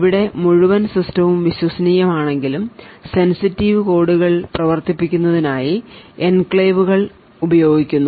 ഇവടെ മുഴുവൻ സിസ്റ്റവും വിശ്വസനീയമല്ലെങ്കിലും സെൻസിറ്റീവ് കോഡുകൾ പ്രവർത്തിപ്പിക്കുന്നതിനായി എൻക്ലേവുകൾ ഉപയോഗിക്കുന്നു